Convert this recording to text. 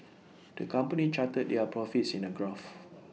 the company charted their profits in A graph